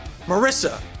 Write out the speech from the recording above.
Marissa